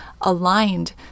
aligned